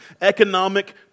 economic